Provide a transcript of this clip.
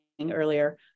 earlier